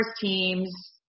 teams